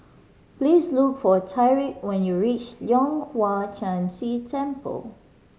please look for Tyriq when you reach Leong Hwa Chan Si Temple